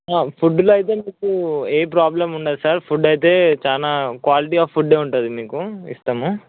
ఫుడ్లో అయితే మీకు ఏ ప్రాబ్లమ్ ఉండదు సార్ ఫుడ్ అయితే చాలా క్వాలిటీ అఫ్ ఫుడ్డే ఉంటుంది మీకు ఇస్తాము